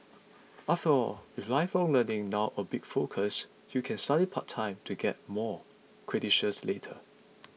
after all with lifelong learning now a big focus you can study part time to get more credentials later